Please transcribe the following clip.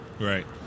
Right